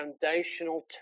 foundational